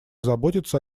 заботиться